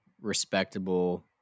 respectable